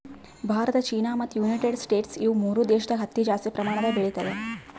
Bharat China ಮತ್ತ್ United States ಇವ್ ಮೂರ್ ದೇಶದಾಗ್ ಹತ್ತಿ ಜಾಸ್ತಿ ಪ್ರಮಾಣದಾಗ್ ಬೆಳಿತದ್